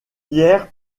hyères